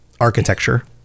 architecture